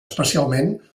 especialment